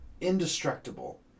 indestructible